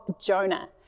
Jonah